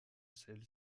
celle